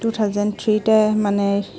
two thousand থ্ৰীতে মানে